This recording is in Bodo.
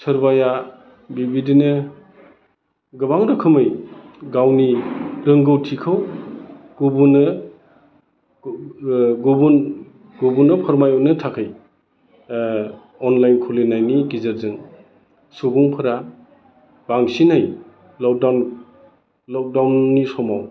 सोरबाया बेबायदिनो गोबां रोखोमै गावनि रोंगौथिखौ गुबुननो गुबुन गुबुननो फोरमाय हरनो थाखाय अनलाइन खुलिनायनि गेजेरजों सुबुंफोरा बांसिनै लकडाउन लकडाउननि समाव